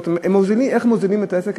איך מוזילים את העסק?